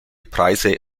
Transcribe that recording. preise